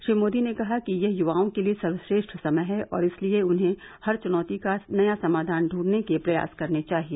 श्री मोदी ने कहा कि यह युवाओं के लिए सर्वश्रेष्ठ समय है और इसलिए उन्हें हर चुनौती का नया समाधान ढूंढने के प्रयास करने चाहिए